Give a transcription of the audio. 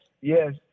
yes